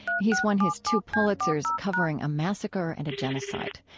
he's won his two pulitzers covering a massacre and a genocide.